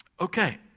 Okay